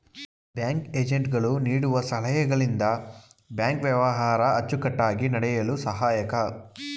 bank agent ಗಳು ನೀಡುವ ಸಲಹೆಗಳಿಂದ ಬ್ಯಾಂಕ್ ವ್ಯವಹಾರ ಅಚ್ಚುಕಟ್ಟಾಗಿ ನಡೆಯಲು ಸಹಾಯಕ